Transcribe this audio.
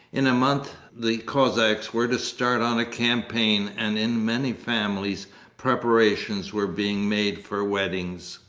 in a month the cossacks were to start on a campaign and in many families preparations were being made for weddings.